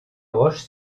roches